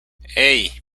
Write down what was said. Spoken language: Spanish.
hey